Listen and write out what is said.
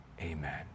Amen